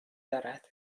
دارد